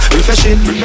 refreshing